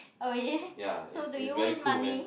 oh yeah so do you win money